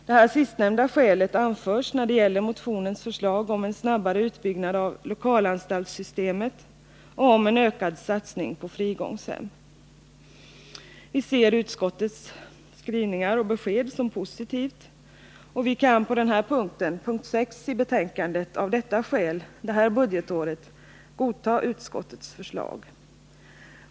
Det sistnämnda skälet anförs när det gäller motionens förslag om en snabbare utbyggnad av lokalanstaltsystemet och en ökad satsning på frigångshem. Vi ser utskottets besked och skrivningar som positiva, och vi kan av detta skäl för det här budgetåret godta utskottets förslag på punkt 6 i betänkandet.